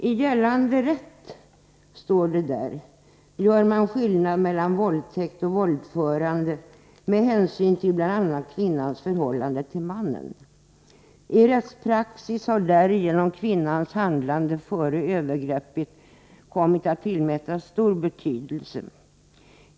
I direktiven heter det: ”I gällande rätt gör man skillnad mellan våldtäkt och våldförande med hänsyn till bl.a. kvinnans förhållande till mannen. I rättspraxis har därigenom kvinnans handlande före övergreppet kommit att tillmätas för stor betydelse.